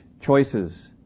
choices